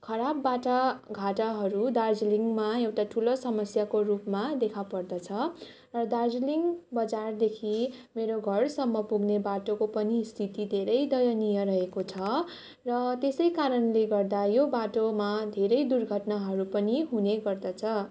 खराब बाटाघाटाहरू दार्जिलिङमा एउटा ठुलो समस्याको रूपमा देखापर्दछ र दार्जिलिङ बजारदेखि मेरो घरसम्म पुग्ने बाटोको पनि स्थिति धेरै दयनीय रहेको छ र त्यसै कारणले गर्दा यो बाटोमा धेरै दुर्घटनाहरू पनि हुने गर्दछ